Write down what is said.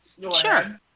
Sure